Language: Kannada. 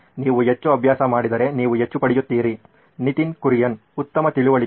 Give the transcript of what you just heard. ನೀವು ಹೆಚ್ಚು ಅಭ್ಯಾಸ ಮಾಡಿದರೆ ನೀವು ಹೆಚ್ಚು ಪಡೆಯುತ್ತೀರಿ ನಿತಿನ್ ಕುರಿಯನ್ ಉತ್ತಮ ತಿಳುವಳಿಕೆ